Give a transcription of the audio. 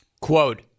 Quote